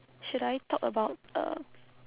should I talk about uh